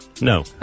No